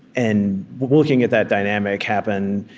and looking at that dynamic happen,